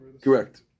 Correct